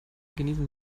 genießen